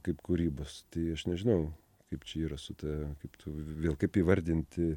kaip kūrybos aš nežinau kaip čia yra su ta kaip tu vėl kaip įvardinti